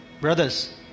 Brothers